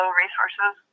resources